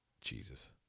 Jesus